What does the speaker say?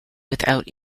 without